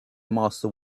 master